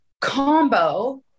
combo